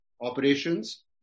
operations